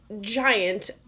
giant